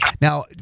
Now